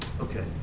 Okay